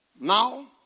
Now